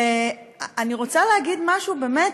ואני רוצה להגיד משהו באמת,